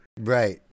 right